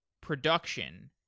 production